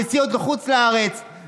נסיעות לחוץ לארץ,